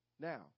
Now